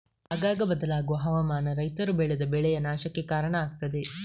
ಆಗಾಗ ಬದಲಾಗುವ ಹವಾಮಾನ ರೈತರು ಬೆಳೆದ ಬೆಳೆಯ ನಾಶಕ್ಕೆ ಕಾರಣ ಆಗ್ತದೆ